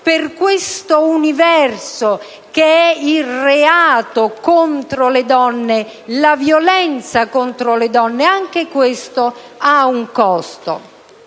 per questo universo, che è il reato contro le donne, la violenza contro le donne, ha un costo.